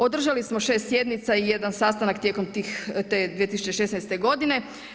Održali smo 6 sjednica i 1 sastanak tijekom te 2016. godine.